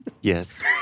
Yes